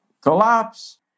collapse